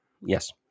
Yes